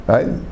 Right